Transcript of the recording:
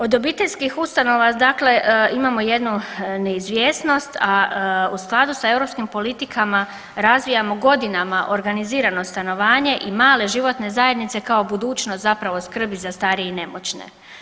Od obiteljskih ustanova dakle, imamo jednu neizvjesnost, a u skladu sa europskim politikama razvijamo godinama organizirano stanovanje i male životne zajednice, kao budućnost zapravo skrbi za starije i nemoćne.